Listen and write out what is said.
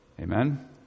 Amen